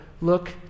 look